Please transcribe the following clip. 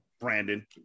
Brandon